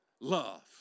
love